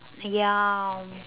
ya